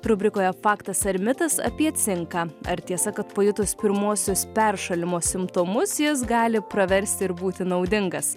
rubrikoje faktas ar mitas apie cinką ar tiesa kad pajutus pirmuosius peršalimo simptomus jis gali praversti ir būti naudingas